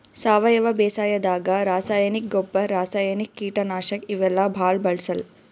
ಸಾವಯವ ಬೇಸಾಯಾದಾಗ ರಾಸಾಯನಿಕ್ ಗೊಬ್ಬರ್, ರಾಸಾಯನಿಕ್ ಕೀಟನಾಶಕ್ ಇವೆಲ್ಲಾ ಭಾಳ್ ಬಳ್ಸಲ್ಲ್